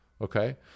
okay